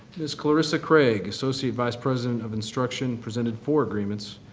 ms. clarissa craig, associate vice president of instruction, presented four agreements.